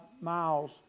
miles